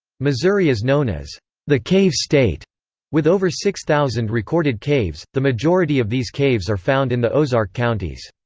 missouri is known as the cave state with over six thousand recorded caves the majority of these caves are found in the ozark counties.